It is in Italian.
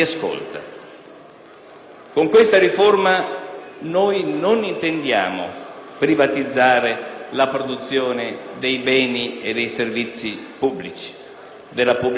Con questa riforma, non intendiamo privatizzare la produzione dei beni e dei servizi pubblici e della pubblica amministrazione,